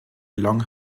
along